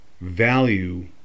value